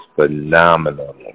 phenomenal